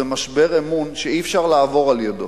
זה משבר אמון שאי-אפשר לעבור על-ידו,